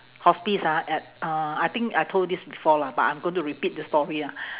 hospice ah at uh I think I told you this before lah but I'm gonna repeat the story ah